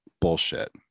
bullshit